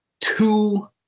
two